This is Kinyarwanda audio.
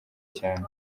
cyane